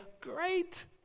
great